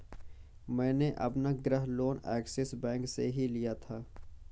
मैंने अपना गृह लोन ऐक्सिस बैंक से ही लिया था